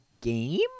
game